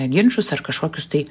ginčus ar kažkokius tai